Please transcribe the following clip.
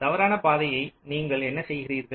தவறான பாதையை நீங்கள் என்ன செய்கிறீர்கள்